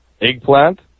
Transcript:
Eggplant